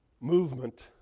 movement